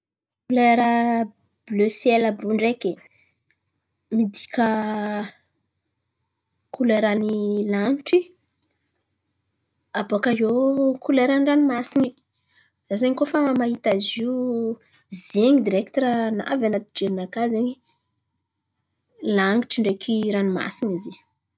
Kolera bile siely àby io ndreky, midika kolerany lan̈itry abôkaiô kolerany ranomasin̈y. Za zen̈y koa fa mahita zio zen̈y direkty raha navy an̈aty jerinakà zen̈y lan̈itry ndreky ranomasin̈y zen̈y.